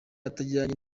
atajyanye